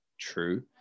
true